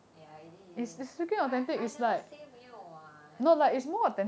ya it is I I never say 没有 [what]